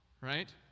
right